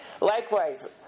Likewise